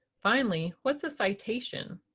finally, what's a citation?